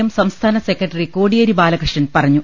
M സംസ്ഥാന secretary Kodiyeri Balakrishnan പറഞ്ഞു